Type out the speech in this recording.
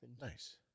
Nice